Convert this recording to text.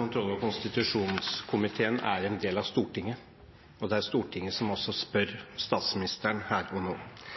Kontroll- og konstitusjonskomiteen er en del av Stortinget, og det er Stortinget som også spør statsministeren her og nå.